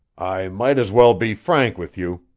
i might as well be frank with you,